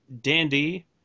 Dandy